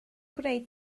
gwneud